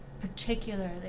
particularly